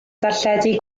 darlledu